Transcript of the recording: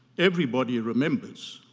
everybody remembers.